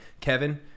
Kevin